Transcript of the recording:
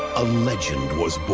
a legend was